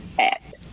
Act